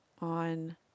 on